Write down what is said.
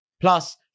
Plus